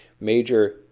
major